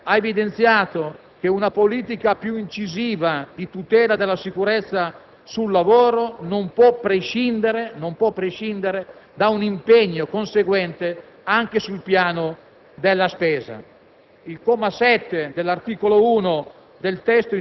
Infine, il dibattito in Commissione ha evidenziato che una politica più incisiva di tutela della sicurezza sul lavoro non può prescindere da un impegno conseguente anche sul piano della spesa.